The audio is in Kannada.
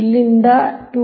ಇಲ್ಲಿಂದ ಈ 2